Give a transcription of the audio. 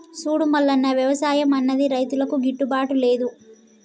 సూడు మల్లన్న, వ్యవసాయం అన్నది రైతులకు గిట్టుబాటు లేదు